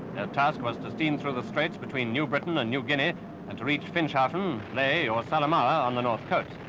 task was to steam through the straits between new britain and new guinea and to reach finschhafen, lae, or salamaua on the north coast.